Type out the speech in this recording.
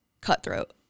cutthroat